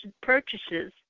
purchases